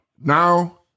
now